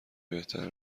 بهتر